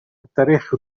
التاريخ